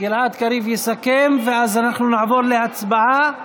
גלעד קריב יסכם, ואז אנחנו נעבור להצבעה שמית.